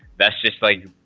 that's just like